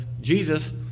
Jesus